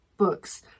Books